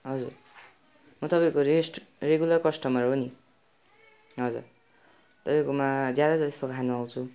हजुर म तपाईँको रेस्ट रेगुलर कस्टमर हो नि हजुर तपाईँकोमा ज्यादा जस्तो खान आउँछु